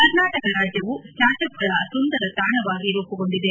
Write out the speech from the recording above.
ಕರ್ನಾಟಕ ರಾಜ್ಜವು ಸ್ವಾರ್ಟಪ್ಗಳ ಸುಂದರ ತಾಣವಾಗಿ ರೂಪುಗೊಂಡಿದೆ